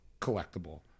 collectible